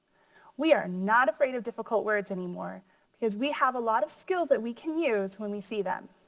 we are not afraid of difficult words anymore because we have a lot of skills that we can use when we see them.